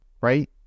right